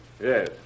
Yes